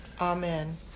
amen